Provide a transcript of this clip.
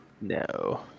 No